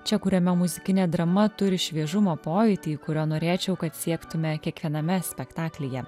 čia kuriame muzikinė drama turi šviežumo pojūtį kurio norėčiau kad siektume kiekviename spektaklyje